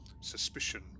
suspicion